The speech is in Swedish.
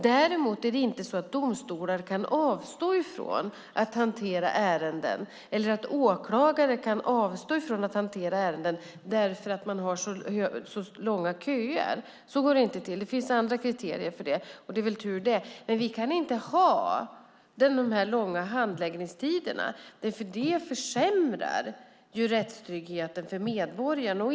Däremot är det inte så att domstolar eller åklagare kan avstå från att hantera ärenden därför att man har så långa köer. Så går det inte till. Det finns andra kriterier för det, och det är väl tur det. Vi kan inte ha de här långa handläggningstiderna, därför att det försämrar rättstryggheten för medborgarna.